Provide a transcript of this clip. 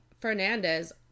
Fernandez